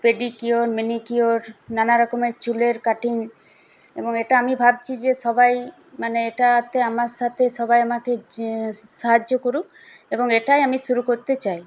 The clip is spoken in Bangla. পেডিকিওর মেনিকিওর নানা রকমের চুলের কাটিং এবং এটা আমি ভাবছি যে সবাই মানে এটাতে আমার সাথে সবাই আমাকে সাহায্য করুক এবং এটাই আমি শুরু করতে চাই